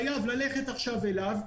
וגם הכנסת את זה עוד פעם,